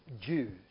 Jews